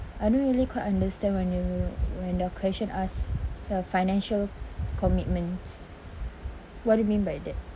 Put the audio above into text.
I don't really quite understand when the when the question ask the financial commitments what it mean by that